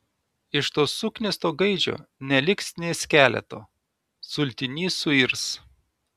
iš to suknisto gaidžio neliks nė skeleto sultiny suirs